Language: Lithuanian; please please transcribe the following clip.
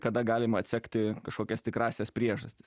kada galima atsekti kažkokias tikrąsias priežastis